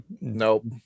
nope